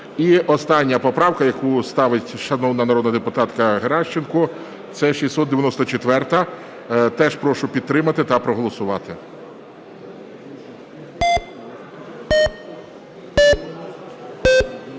І остання поправка, яку ставить шановна народна депутатка Геращенко, це 694-а. Теж прошу підтримати та проголосувати.